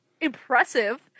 impressive